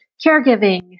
caregiving